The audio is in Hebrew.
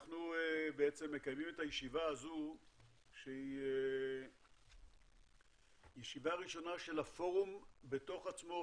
אנחנו מקיימים את הישיבה הזו שהיא ישיבה ראשונה של הפורום בתוך עצמו,